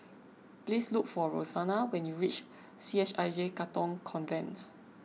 please look for Roxana when you reach C H I J Katong Convent